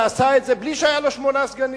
ועשה את זה בלי שהיו לו שמונה סגנים.